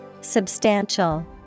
Substantial